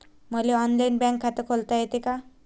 मले online bank खात खोलता येते का?